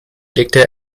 legte